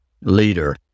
leader